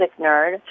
nerd